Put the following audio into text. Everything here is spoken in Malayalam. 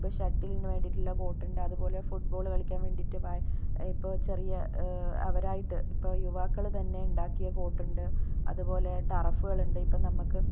ഇപ്പം ഷട്ടിലിന് വേണ്ടിയിട്ടുള്ള കോർട്ടുണ്ട് അതുപോലെ ഫുട്ബോള് കളിക്കാൻ വേണ്ടിയിട്ട് ഇപ്പോൾ ചെറിയ അവരായിട്ട് ഇപ്പോൾ യുവാക്കള് തന്നെ ഉണ്ടാക്കിയ കോർട്ടുണ്ട് അതുപോലെ ടർഫുകളുണ്ട് ഇപ്പം നമുക്ക്